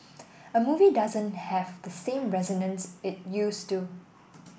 a movie doesn't have the same resonance it used to